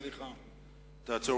סליחה.